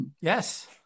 Yes